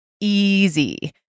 easy